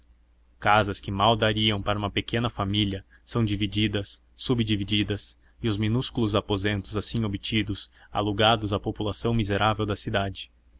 casas que mal dariam para uma pequena família são divididas subdivididas e os minúsculos aposentos assim obtidos alugados à população miserável da cidade